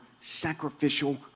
sacrificial